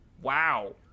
wow